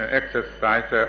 exercise